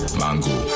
mango